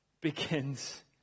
begins